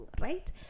right